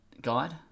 guide